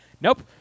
Nope